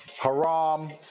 haram